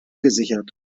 gesichert